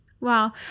Wow